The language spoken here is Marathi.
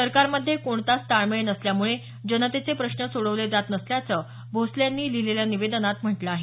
सरकारमध्ये कोणातच ताळमेळ नसल्यामुळे जनतेचे प्रश्न सोडवले जात नसल्याचं भोसले यांनी लिहिलेल्या निवेदनात म्हटलं आहे